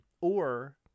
or-